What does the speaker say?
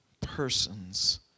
persons